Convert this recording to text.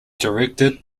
directed